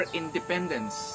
independence